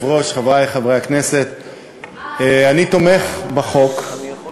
חברת הכנסת זועבי, תודה